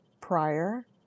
prior